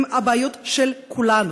הן הבעיות של כולנו,